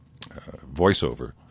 voiceover